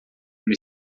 uma